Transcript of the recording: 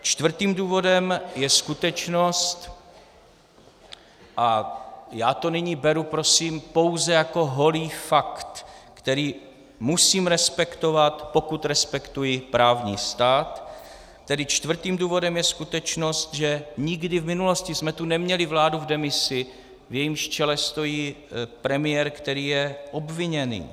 Čtvrtým důvodem je skutečnost a já to nyní prosím beru pouze jako holý fakt, který musím respektovat, pokud respektuji právní stát tedy čtvrtým důvodem je skutečnost, že nikdy v minulosti jsme tu neměli vládu v demisi, v jejímž čele stojí premiér, který je obviněný.